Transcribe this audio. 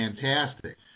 fantastic